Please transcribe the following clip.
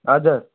हजुर